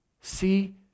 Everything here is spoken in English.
See